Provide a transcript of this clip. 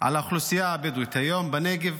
על האוכלוסייה הבדואית היום בנגב,